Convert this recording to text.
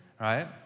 right